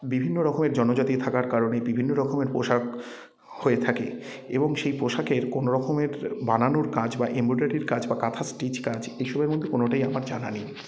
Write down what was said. বিভিন্ন রকমের জনজাতি থাকার কারণে বিভিন্ন রকমের পোশাক হয়ে থাকে এবং সেই পোশাকের কোনো রকমের বানানোর কাজ বা এমব্রয়ডারির কাজ বা কাঁথা স্টিচ কাজ এসবের মধ্যে কোনোটাই আমার জানা নেই